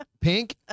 Pink